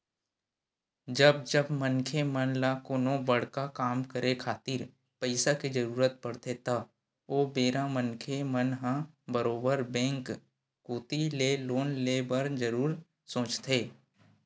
जब जब मनखे मन ल कोनो बड़का काम करे खातिर पइसा के जरुरत पड़थे त ओ बेरा मनखे मन ह बरोबर बेंक कोती ले लोन ले बर जरुर सोचथे